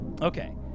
Okay